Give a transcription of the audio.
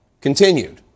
continued